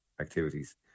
activities